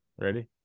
Ready